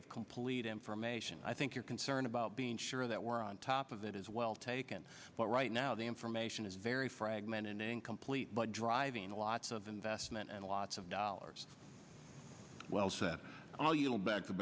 of complete information i think your concern about being sure that we're on top of it is well taken but right now the information is very fragmented and incomplete but driving lots of investment and lots of dollars well i'll yield back t